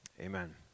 amen